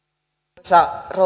arvoisa rouva